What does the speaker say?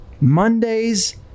Monday's